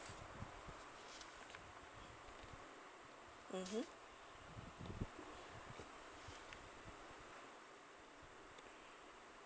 mmhmm